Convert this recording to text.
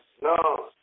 No